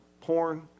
porn